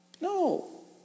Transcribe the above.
No